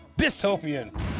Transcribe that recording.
Dystopian